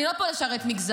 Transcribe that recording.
אני לא פה כדי לשרת מגזר.